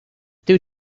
two